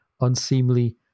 unseemly